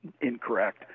incorrect